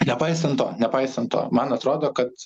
nepaisant to nepaisant to man atrodo kad